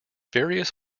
various